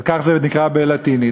כך זה נקרא בלטינית.